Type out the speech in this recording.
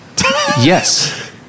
Yes